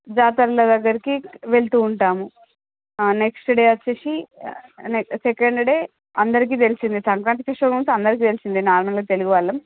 జాతర్ల దగ్గరికి వెళ్తూ ఉంటాము ఆ నెక్స్ట్ డే వచ్చేసి సెకండ్ డే అందరికి తెలిసిందే సంక్రాంతి ఫెస్టివల్ గురించి అందరికి తెలిసిందే నార్మల్గా తెలుగు వాళ్ళం